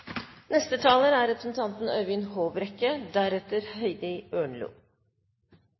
Neste taler er representanten